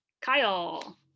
Kyle